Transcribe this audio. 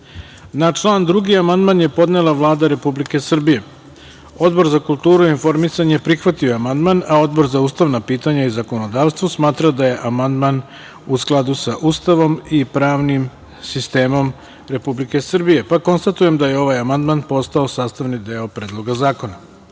član 2. amandman je podnela Vlada Republike Srbije. Odbora za kulturu i informisanje prihvatio je amandman, a Odbor za ustavna pitanja i zakonodavstvo smatra da je amandman u skladu sa Ustavom i pravnim sistemom Republike Srbije. Konstatujem da je ovaj amandman postao sastavni deo Predloga zakona. Da